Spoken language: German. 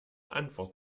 antwort